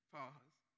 Pause